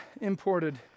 imported